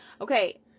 okay